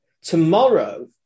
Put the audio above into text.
tomorrow